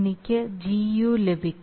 എനിക്ക് Gu ലഭിക്കും